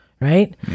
right